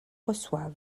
reçoivent